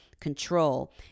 control